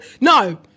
No